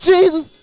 Jesus